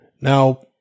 Now